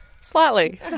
Slightly